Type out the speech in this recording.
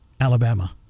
Alabama